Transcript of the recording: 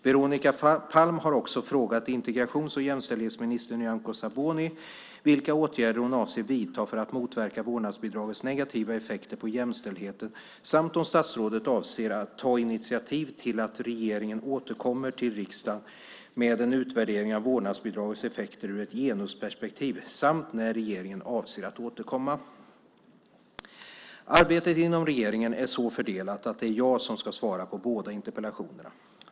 Veronica Palm har också frågat integrations och jämställdhetsminister Nyamko Sabuni vilka åtgärder hon avser att vidta för att motverka vårdnadsbidragets negativa effekter på jämställdheten samt om statsrådet avser att ta initiativ till att regeringen återkommer till riksdagen med en utvärdering av vårdnadsbidragets effekter ur ett genusperspektiv samt när regeringen avser att återkomma. Arbetet inom regeringen är så fördelat att det är jag som ska svara på båda interpellationerna.